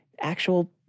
actual